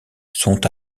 sont